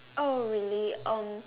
oh really um